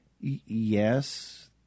yes